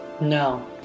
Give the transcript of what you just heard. No